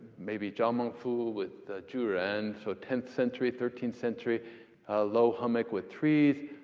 maybe zhao mengfu with juran, so tenth-century, thirteenth century. a low hummock with trees,